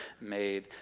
made